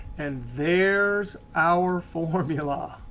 and there's our formula.